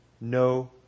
no